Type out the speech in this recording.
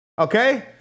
okay